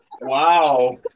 Wow